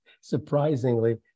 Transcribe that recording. surprisingly